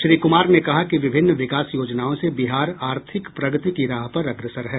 श्री कुमार ने कहा कि विभिन्न विकास योजनाओं से बिहार आर्थिक प्रगति की राह पर अग्रसर है